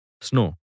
Snow